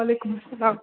وعلیکُم اسلام